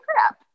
crap